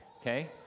Okay